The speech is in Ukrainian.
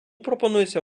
пропонується